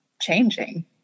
changing